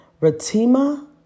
Ratima